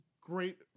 Great